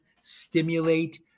stimulate